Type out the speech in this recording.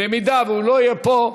אם הוא לא יהיה פה,